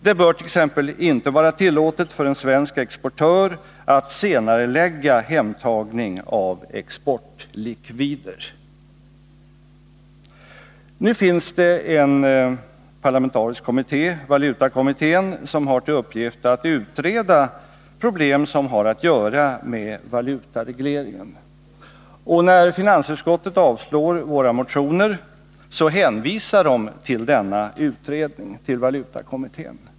Det bör t.ex. inte vara tillåtet för en svensk exportör att senarelägga hemtagning av exportlikvider. Det finns en parlamentarisk kommitté, valutakommittén, som har till uppgift att utreda problem som har att göra med valutaregleringen, och när finansutskottet avstyrker våra motioner hänvisar det till denna kommitté.